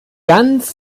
ganz